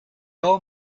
old